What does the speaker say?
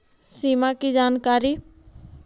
सिमा कि जानकारी?